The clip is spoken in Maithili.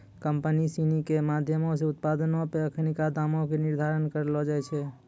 कंपनी सिनी के माधयमो से उत्पादो पे अखिनका दामो के निर्धारण करलो जाय छै